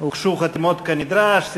הוגשו חתימות כנדרש.